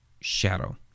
shadow